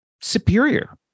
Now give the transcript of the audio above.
superior